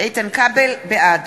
בעד